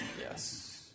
Yes